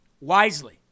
wisely